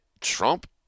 Trump